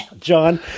John